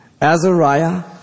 Azariah